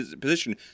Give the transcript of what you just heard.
position